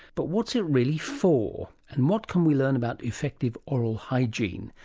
but what's it really for, and what can we learn about effective oral hygiene?